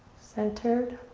centered,